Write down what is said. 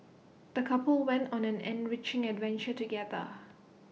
the couple went on an enriching adventure together